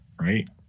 right